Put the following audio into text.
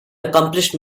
accomplished